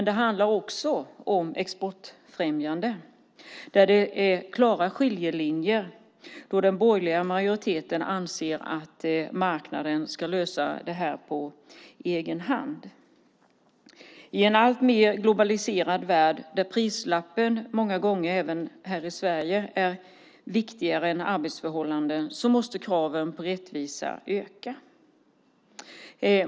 Det handlar också om exportfrämjande där det är klara skiljelinjer mellan oss, eftersom den borgerliga majoriteten anser att marknaden ska lösa det här på egen hand. I en alltmer globaliserad värld, där prislappen många gånger även här i Sverige är viktigare än arbetsförhållandena, måste kraven på rättvisa öka.